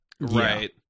Right